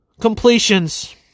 completions